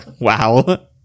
Wow